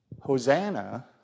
Hosanna